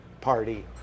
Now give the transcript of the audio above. party